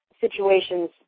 situations